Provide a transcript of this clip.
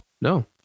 No